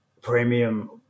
premium